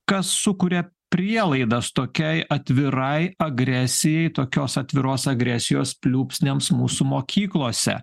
kas sukuria prielaidas tokiai atvirai agresijai tokios atviros agresijos pliūpsniams mūsų mokyklose